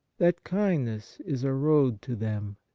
that kindness is a road to them.